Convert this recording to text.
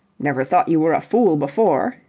never thought you were a fool before,